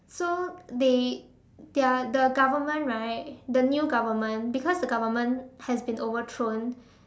so they their the government right the new government because the government has been overthrown